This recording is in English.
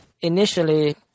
initially